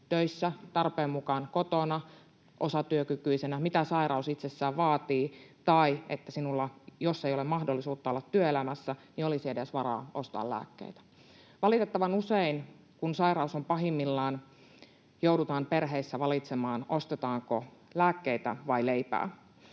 töissä, tarpeen mukaan kotona osatyökykyisenä, mitä sairaus itsessään vaatii, tai että jos ei ole mahdollisuutta olla työelämässä, niin sinulla olisi edes varaa ostaa lääkkeitä. Valitettavan usein, kun sairaus on pahimmillaan, joudutaan perheissä valitsemaan, ostetaanko lääkkeitä vai leipää.